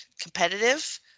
competitive